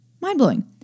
Mind-blowing